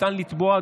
ניתן לתבוע.